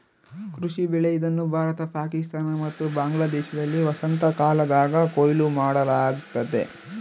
ಕೃಷಿ ಬೆಳೆ ಇದನ್ನು ಭಾರತ ಪಾಕಿಸ್ತಾನ ಮತ್ತು ಬಾಂಗ್ಲಾದೇಶದಲ್ಲಿ ವಸಂತಕಾಲದಾಗ ಕೊಯ್ಲು ಮಾಡಲಾಗ್ತತೆ